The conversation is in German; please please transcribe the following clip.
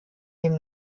dem